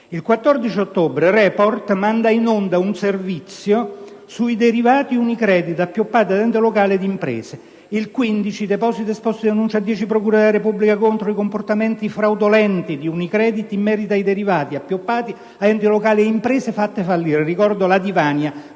trasmissione «Report» manda in onda un servizio sui derivati Unicredit, appioppati ad enti locali ed imprese. Il 15 ottobre deposito un esposto di denuncia a 10 procure della Repubblica contro i comportamenti fraudolenti di Unicredit in merito ai derivati affibbiati ad enti locali ed imprese fatte fallire (ricordo, ad